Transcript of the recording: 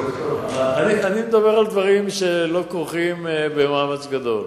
אני מדבר על דברים שלא כרוכים במאמץ גדול.